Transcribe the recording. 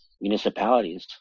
municipalities